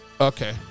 Okay